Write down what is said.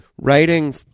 Writing